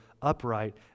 upright